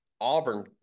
Auburn